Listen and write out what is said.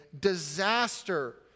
disaster